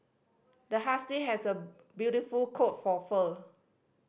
the husky has a beautiful coat for fur